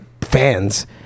fans